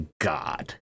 God